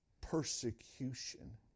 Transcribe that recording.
persecution